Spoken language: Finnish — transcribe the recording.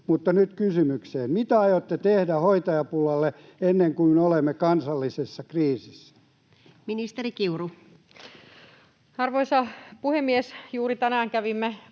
Mutta nyt kysymykseen: mitä aiotte tehdä hoitajapulalle ennen kuin olemme kansallisessa kriisissä? Ministeri Kiuru. Arvoisa puhemies! Juuri tänään kävimme